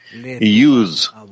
use